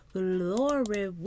glory